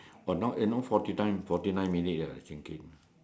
!wah! now eh now forty nine forty nine minutes ah we're reaching